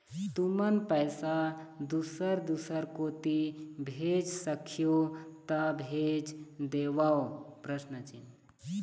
तुमन पैसा दूसर दूसर कोती भेज सखीहो ता भेज देवव?